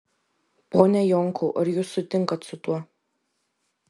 pone jonkau ar jūs sutinkat su tuo